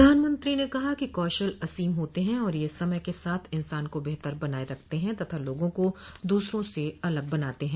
प्रधानमंत्री ने कहा कि कौशल असीम होते हैं और यह समय के साथ इंसान को बेहतर बनाए रखते हैं तथा लोगों को दूसरों से अलग बनाते हैं